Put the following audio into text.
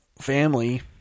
Family